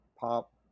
pop